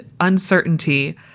uncertainty